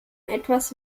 etwas